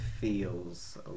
feels